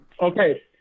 okay